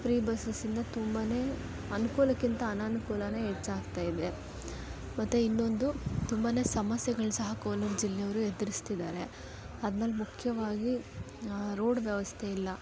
free ಬಸಸಿಂದ ತುಂಬ ಅನುಕೂಲಕ್ಕಿಂತ ಅನನುಕೂಲನೇ ಹೆಚ್ಚಾಗ್ತಾ ಇದೆ ಮತ್ತು ಇನ್ನೊಂದು ತುಂಬ ಸಮಸ್ಯೆಗಳು ಸಹ ಕೋಲಾರ ಜಿಲ್ಲೆಯವರು ಎದರ್ಸ್ತಿದ್ದಾರೆ ಅದ್ರಲ್ ಮುಖ್ಯವಾಗಿ ರೋಡ್ ವ್ಯವಸ್ಥೆ ಇಲ್ಲ